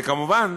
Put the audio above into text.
וכמובן